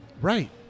Right